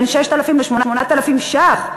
בין 6,000 ל-8,000 ש"ח.